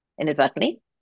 inadvertently